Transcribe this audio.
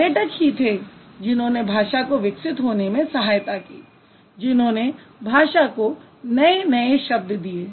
पर्यटक ही थे जिन्होंने भाषा को विकसित होने में सहायता की जिन्होंने भाषा को नए नए शब्द दिये